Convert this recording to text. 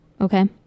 Okay